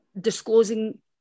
disclosing